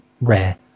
rare